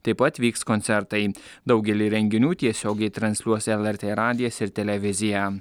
taip pat vyks koncertai daugelį renginių tiesiogiai transliuos lrt radijas ir televizija